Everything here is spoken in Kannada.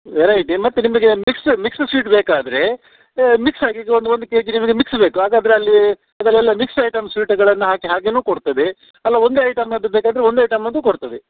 ವೆರೈಟಿ ಮತ್ತೆ ನಿಮಗೆ ಮಿಕ್ಸ್ಚರ್ ಮಿಕ್ಸ್ ಸ್ವೀಟ್ ಬೇಕಾದ್ರೆ ಮಿಕ್ಸಾಗಿ ಈಗ ಒಂದು ಒಂದು ಕೆ ಜಿ ನಿಮಗೆ ಮಿಕ್ಸ್ ಬೇಕು ಹಾಗಾದ್ರೆ ಅಲ್ಲಿ ಅದರಲ್ಲೆ ಮಿಕ್ಸ್ ಐಟಮ್ ಸ್ವೀಟ್ಗಳನ್ನು ಹಾಕಿ ಹಾಗೇಯೂ ಕೊಡ್ತದೆ ಅಲ್ಲ ಒಂದೇ ಐಟಮ್ನದ್ದು ಬೇಕಾದ್ರೆ ಒಂದೇ ಐಟಮ್ದು ಕೊಡ್ತದೆ